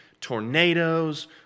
tornadoes